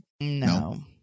No